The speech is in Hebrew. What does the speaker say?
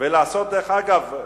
דרך אגב,